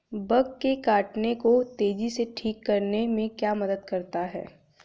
Bug के काटने को तेजी से ठीक करने में क्या मदद करता है?